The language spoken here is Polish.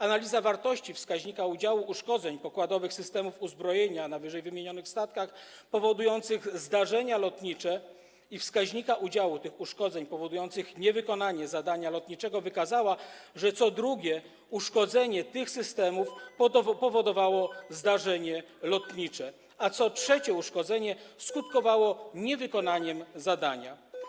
Analiza wartości wskaźnika udziału uszkodzeń pokładowych systemów uzbrojenia w przypadku ww. statków powodujących zdarzenia lotnicze i wskaźnika udziału tych uszkodzeń powodujących niewykonanie zadania lotniczego wykazała, że co drugie uszkodzenie tych systemów powodowało zdarzenie lotnicze, a co trzecie uszkodzenie skutkowało niewykonaniem zadania.